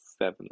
seven